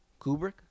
Kubrick